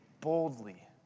boldly